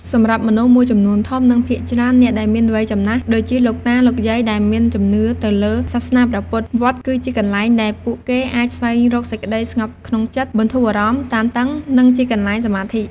សម្រាប់មនុស្សមួយចំនួនធំ និងភាគច្រើនអ្នកដែលមានវ័យចំណាស់ដូចជាលោកតាលោកយាយដែលមានជំនឿទៅលើសាសនាព្រះពុទ្អ វត្តគឺជាកន្លែងដែលពួកគេអាចស្វែងរកសេចក្ដីស្ងប់ក្នុងចិត្ត បន្ធូរអារម្មណ៍តានតឹង និងជាកន្លែងសមាធិ។